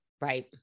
Right